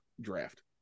draft